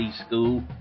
school